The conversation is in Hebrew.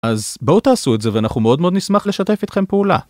אז בואו תעשו את זה ואנחנו מאוד מאוד נשמח לשתף איתכם פעולה.